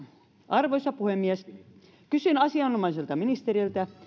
arvoisa puhemies kysyn asianomaiselta ministeriltä